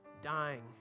dying